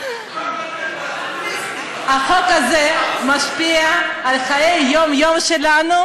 החוק הזה משפיע על חיי היום-יום שלנו,